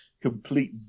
Complete